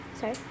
sorry